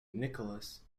nicholas